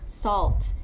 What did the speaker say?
salt